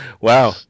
Wow